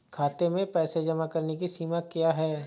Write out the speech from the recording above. खाते में पैसे जमा करने की सीमा क्या है?